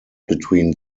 between